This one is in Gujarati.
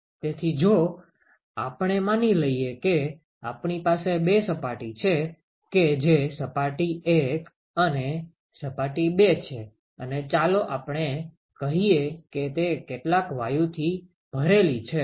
તેથી જો આપણે માની લઈએ કે આપણી પાસે બે સપાટી છે કે જે સપાટી 1 અને સપાટી 2 છે અને ચાલો આપણે કહીએ કે તે કેટલાક વાયુથી ભરેલી છે